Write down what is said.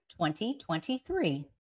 2023